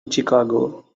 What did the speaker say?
chicago